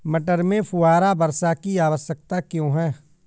मटर में फुहारा वर्षा की आवश्यकता क्यो है?